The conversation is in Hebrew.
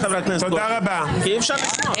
על חברת הכנסת גוטליב כי אי-אפשר לשמוע.